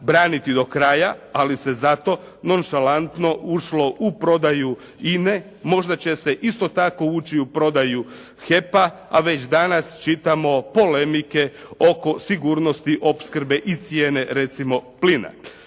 braniti do kraja ali se zato nonšalantno ušlo u prodaju INA-e. Možda će se isto tako ući i u prodaju HEP-a a već danas čitamo polemike oko sigurnosti opskrbe i cijene recimo plina.